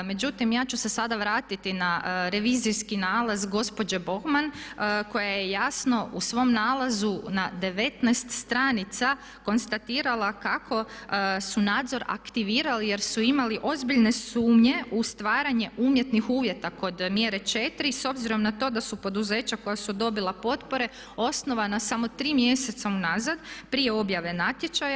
Međutim, ja ću se sada vratiti na revizijski nalaz gospođe Bogman koja je jasno u svom nalazu na 19 stranica konstatirala kako su nadzor aktivirali jer su imali ozbiljne sumnje u stvaranje umjetnih uvjeta kod mjere 4. s obzirom na to da su poduzeća koja su dobila potpore osnovana samo tri mjeseca unazad prije objave natječaja.